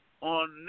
on